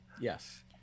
Yes